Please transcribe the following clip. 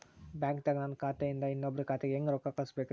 ಬ್ಯಾಂಕ್ದಾಗ ನನ್ ಖಾತೆ ಇಂದ ಇನ್ನೊಬ್ರ ಖಾತೆಗೆ ಹೆಂಗ್ ರೊಕ್ಕ ಕಳಸಬೇಕ್ರಿ?